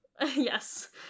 Yes